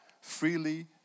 freely